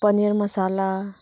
paneer masala